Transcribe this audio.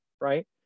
right